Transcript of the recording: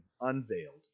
Unveiled